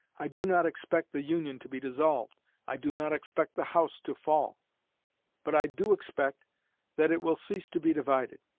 i do not expect the union to be dissolved i do not expect the house to fall but i do expect that it will cease to be divided.